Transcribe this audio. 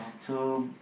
so